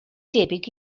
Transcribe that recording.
debyg